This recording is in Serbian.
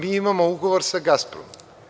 Mi imamo ugovor sa Gaspromom.